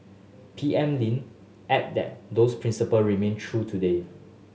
P M Lin added that those principle remain true today